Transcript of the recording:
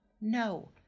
no